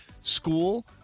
school